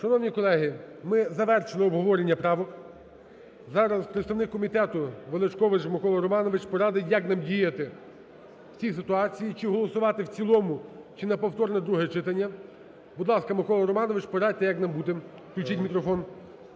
Шановні колеги, ми завершили обговорення правок. Зараз представник комітету Величкович Микола Романович порадить, як нам діяти в цій ситуації: чи голосувати в цілому, чи на повторне друге читання. Будь ласка, Микола Романович порадьте, як нам бути. Включіть мікрофон.